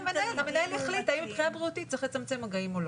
שהמנהל יחליט האם מבחינה בריאותית צריך לצמצם מגעים או לא.